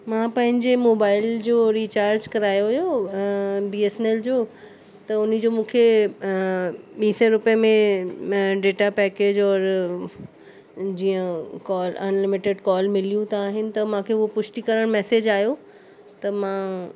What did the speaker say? मां पंहिंजे मोबाइल जो रिचार्ज करायो हुयो बी एस एन एल जो त उन जो मूंखे ॿी सवें रुपए में डेटा पैकेज और जीअं कॉ अनलिमेटेड कॉल मिलियूं त आहिनि त मूंखे उहा पुष्टि करणु मैसेज आयो त मां